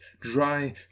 dry